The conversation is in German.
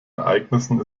ereignissen